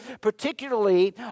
particularly